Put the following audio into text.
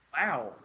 wow